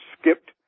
skipped